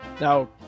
Now